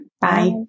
Bye